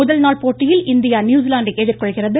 முதல்நாள் போட்டியில் இந்தியா நியூசிலாந்தை எதிர்கொள்கிறது